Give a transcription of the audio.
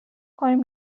کنیم